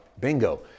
Bingo